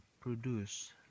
produce